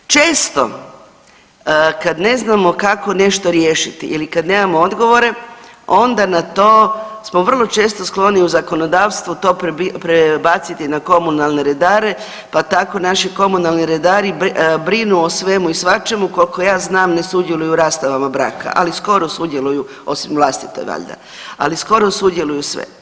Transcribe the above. Često kad ne znamo kako nešto riješiti ili kad nemamo odgovore onda na to smo vrlo često skloni u zakonodavstvu to prebaciti na komunalne redare, pa tako naši komunalni redari brinu o svemu i svačemu, koliko ja znam ne sudjeluju u rastavama braka, ali skoro sudjeluju osim vlastite valjda, ali skoro sudjeluju sve.